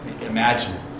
Imagine